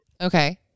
Okay